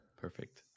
perfect